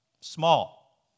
Small